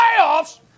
Playoffs